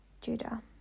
Judah